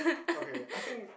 okay I think